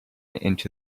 into